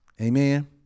Amen